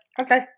Okay